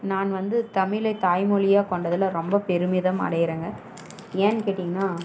நான் வந்து தமிழை தாய்மொழியாக கொண்டதில் ரொம்ப பெருமிதம் அடைகிறேங்க ஏன்னு கேட்டிங்கன்னா